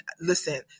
Listen